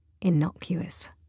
innocuous